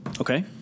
Okay